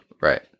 Right